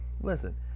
Listen